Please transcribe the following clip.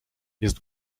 jest